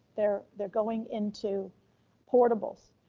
they're they're going into portables.